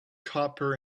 copper